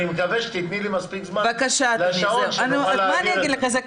אני מקווה שתתני לי מספיק זמן שנוכל להעביר את זה.